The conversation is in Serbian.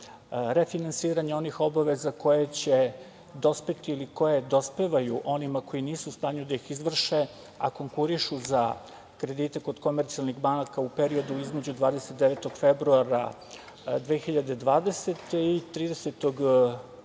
refinansiranje onih obaveza koje će dospeti ili koje dospevaju onima koji nisu u stanju da ih izvrše, a konkurišu za kredite kod komercijalnih banaka u periodu između 29. februara 2020. godine i 30.